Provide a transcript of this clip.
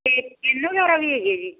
ਅਤੇ ਪਿਨ ਵਗੈਰਾ ਵੀ ਹੈਗੇ ਜੀ